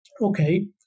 okay